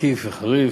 תקיף וחריף,